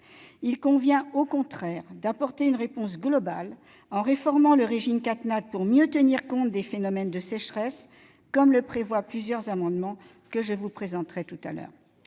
Il convient au contraire d'apporter une réponse globale, en réformant le régime CatNat pour mieux tenir compte des phénomènes de sécheresse. Plusieurs amendements que je vous présenterai tout à l'heure